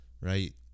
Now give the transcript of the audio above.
right